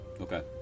Okay